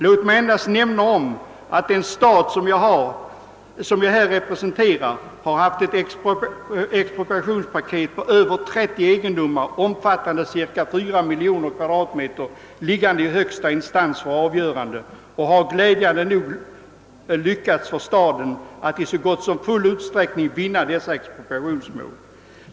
Låt mig nämna att den stad som jag representerar har haft ett expropriationspaket på över 30 egendomar, omfattande cirka 4 miljoner kvadratmeter mark, liggande i högsta instans för avgörande, och att det glädjande nog har lyckats för staden att i så gott som full utsträckning vinna dessa expropriationsmål.